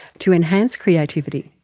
to enhance creativity?